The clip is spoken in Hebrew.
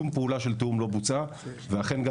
שום פעולה של תיאום לא בוצעה ואכן הם גם